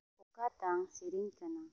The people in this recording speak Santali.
ᱚᱠᱟᱴᱟᱝ ᱥᱮᱨᱮᱧ ᱠᱟᱱᱟ